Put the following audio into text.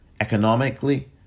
economically